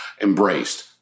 embraced